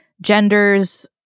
genders